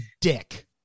dick